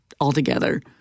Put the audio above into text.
altogether